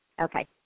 Okay